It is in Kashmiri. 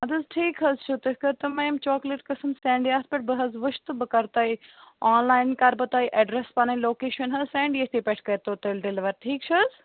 اَدٕ حظ ٹھیٖک حظ چھِ تہٕ تُہۍ کٔرۍ تَو مےٚ یِم چاکٕلیٹ قسٕم سیٚنٛڈ یتھ پٮ۪ٹھ بہٕ حظ وٕچھِ تہٕ بہٕ کَرٕ تۄہہِ آنلایِن کَرٕ بہٕ تۄہہِ ایٚڈرَس پَنٕنۍ لوکیشَن حظ سیٚنٛد یتھی پٮ۪ٹھ کٔرۍ تَو تیٚلہِ ڈیلِوَر ٹھیٖک چھِ حظ